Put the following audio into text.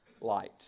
light